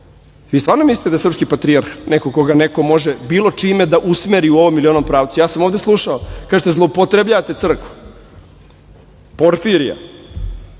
Vi stvarno mislite da je srpski patrijarh neko koga neko može bilo čime da usmeri u ovom ili onom pravcu? Ovde sam slušao, kažete – zloupotrebljavate crkvu, Porfirija.